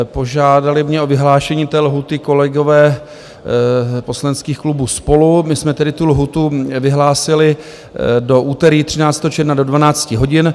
Požádali mě o vyhlášení té lhůty kolegové poslaneckých klubů SPOLU, my jsme tedy tu lhůtu vyhlásili do úterý 13. června do 12 hodin.